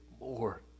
more